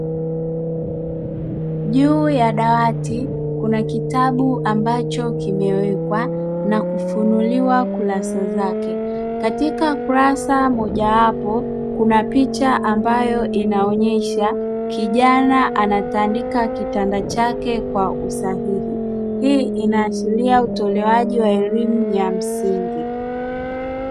Juu ya dawati kuna kitabu ambacho kimewekwa na kufuniliwa kurasa zake, katika kurasa moja wapo kuna picha ambayo inaonyesha kijana anatandika kitanda chake kwa usahihi. Hii inaashiria utolewaji wa elimu ya msingi.